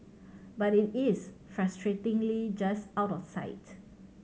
but it is frustratingly just out of sight